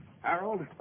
Harold